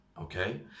Okay